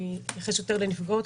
אתייחס יותר לנפגעות,